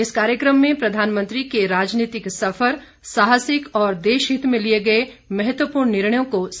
इस कार्यकम में प्रधानमंत्री के राजनीतिक सफर साहसिक और देश हित में लिए गए महत्वपूर्ण निर्णयों को समेटा गया है